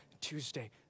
Tuesday